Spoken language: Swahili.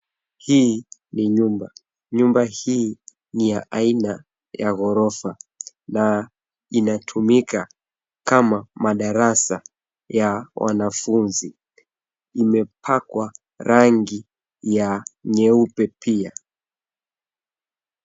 Hii ni nyumba. Nyumba hii ni ya aina ya ghorofa na inatumika kama madarasa ya wanafunzi. Imepakwa rangi ya nyeupe pia.